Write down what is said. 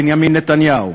בנימין נתניהו,